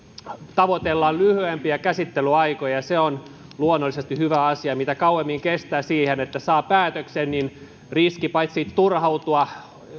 tavoitellaan lyhyempiä käsittelyaikoja se on luonnollisesti hyvä asia mitä kauemmin kestää päätöksen saaminen riski paitsi turhautua